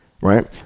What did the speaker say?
right